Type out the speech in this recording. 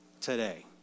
today